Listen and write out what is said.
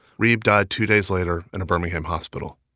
reeb died two days later in a birmingham hospital